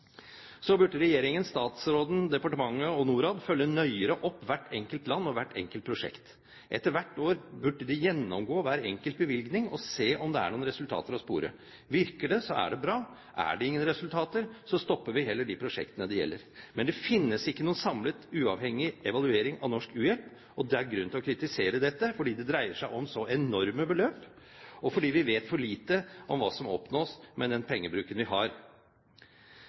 Så burde regjeringen, statsråden, departementet og Norad følge nøyere opp hvert enkelt land og hvert enkelt prosjekt. Etter hvert år burde de gjennomgå hver enkelt bevilgning og se om det er noen resultater å spore. Virker det, er det bra. Er det ingen resultater, stopper vi heller de prosjektene det gjelder. Men det finnes ikke noen samlet uavhengig evaluering av norsk u-hjelp. Det er grunn til å kritisere dette, fordi det dreier seg om så enorme beløp, og fordi vi vet for lite om hva som oppnås med den pengebruken vi har.